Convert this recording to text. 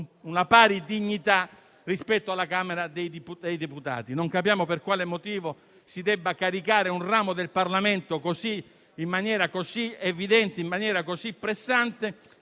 una pari dignità rispetto alla Camera dei deputati. Non capiamo per quale motivo si debba caricare un ramo del Parlamento in maniera così evidente e pressante,